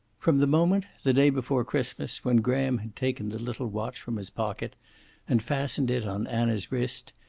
from the moment, the day before christmas, when graham had taken the little watch from his pocket and fastened it on anna's wrist,